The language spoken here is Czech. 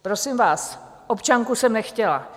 Prosím vás, občanku jsem nechtěla.